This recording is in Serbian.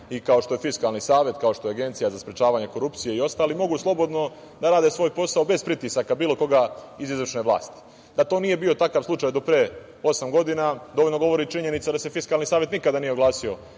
kao što je Fiskalni savet i kao što je Agencija za sprečavanje korupcije, mogu slobodno da rade svoj posao bez pritisaka bilo koga iz izvršne vlasti. Da to nije bio takav slučaj do pre osam godina, dovoljno govori činjenica da se Fiskalni savet nikada nije oglasio